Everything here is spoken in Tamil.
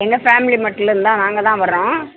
எங்கள் ஃபேமிலி மட்டுந்தான் நாங்கள் தான் வரோம்